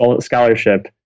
scholarship